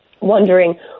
wondering